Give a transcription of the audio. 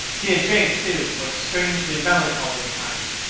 he had changed, too was strangely melancholy at times,